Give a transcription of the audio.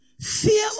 fear